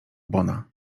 bona